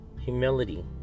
humility